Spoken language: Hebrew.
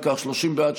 ואם כך 30 בעד,